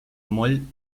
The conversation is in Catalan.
moll